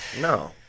No